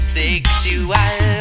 sexual